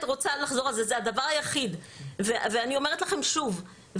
אומרת לכם שוב,